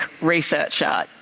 researcher